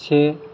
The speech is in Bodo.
से